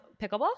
Pickleball